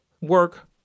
work